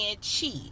cheat